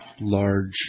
large